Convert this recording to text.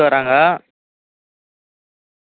எத்தனை மணி சார்